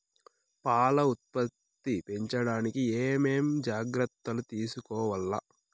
పాల ఉత్పత్తి పెంచడానికి ఏమేం జాగ్రత్తలు తీసుకోవల్ల?